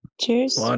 Cheers